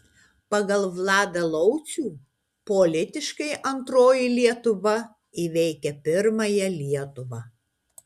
pagal vladą laucių politiškai antroji lietuva įveikia pirmąją lietuvą